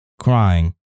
crying